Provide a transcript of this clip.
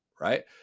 right